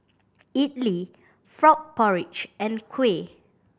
idly frog porridge and kuih